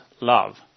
love